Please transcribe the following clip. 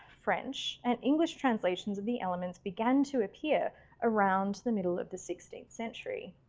french and english translations of the elements began to appear around the middle of the sixteenth century.